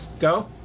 Go